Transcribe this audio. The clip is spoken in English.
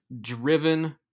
driven